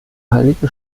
heilige